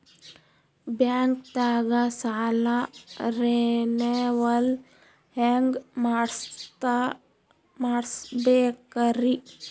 ಬ್ಯಾಂಕ್ದಾಗ ಸಾಲ ರೇನೆವಲ್ ಹೆಂಗ್ ಮಾಡ್ಸಬೇಕರಿ?